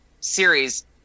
series